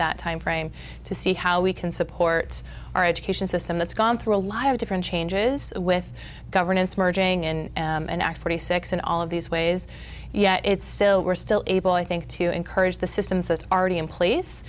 that time frame to see how we can support our education system that's gone through a lot of different changes with governance merging and an ak forty six and all of these ways yet it's still we're still able i think to encourage the systems that are ready in place